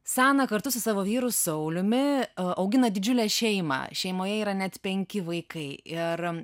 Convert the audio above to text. sana kartu su savo vyru sauliumi augina didžiulę šeimą šeimoje yra net penki vaikai ir